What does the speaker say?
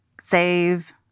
save